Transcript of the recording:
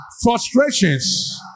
frustrations